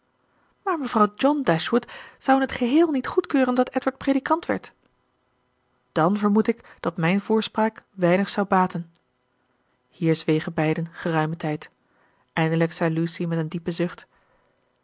maar mevrouw john dashwood zou het in t geheel niet goedkeuren dat edward predikant werd dàn vermoed ik dat mijn voorspraak weinig zou baten hier zwegen beiden geruimen tijd eindelijk zei lucy met een diepen zucht